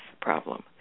problem